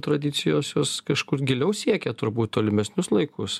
tradicijos jos kažkur giliau siekia turbūt tolimesnius laikus